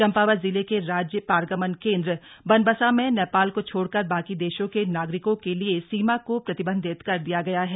चम्पावत जिले के राज्य पारगमन केंद्र बनबसा में नेपाल को छोड़कर बाकी देशों के नागरिकों के लिए सीमा को प्रतिबंधित कर दिया गया है